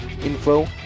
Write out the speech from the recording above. info